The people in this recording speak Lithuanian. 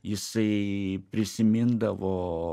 jisai prisimindavo